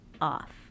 off